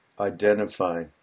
identify